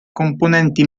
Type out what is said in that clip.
componenti